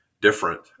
different